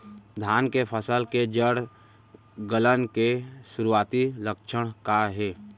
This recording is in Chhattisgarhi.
धान के फसल के जड़ गलन के शुरुआती लक्षण का हे?